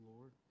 Lord